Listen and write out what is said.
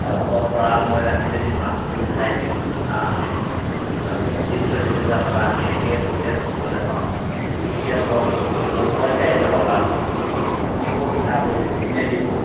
অভাৱত পৰা সময়ত আমি যদি মাছটো উঠাই দিওঁ আমি ত্ৰিছ চল্লিছ হাজাৰ টকা আমি একেকোবে চুবলৈ পাওঁ এতিয়া ধৰক মোৰ পইচাই দৰকাৰ হ'ল আপুনি ক'ত ধাৰ কৰিব কোনে দিব